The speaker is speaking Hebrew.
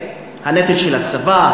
הנטל של הצבא,